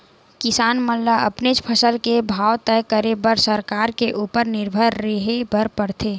किसान मन ल अपनेच फसल के भाव तय करे बर सरकार के उपर निरभर रेहे बर परथे